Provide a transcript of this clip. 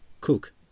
Cook